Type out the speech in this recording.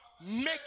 make